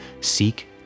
Seek